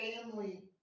family